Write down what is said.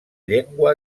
llengua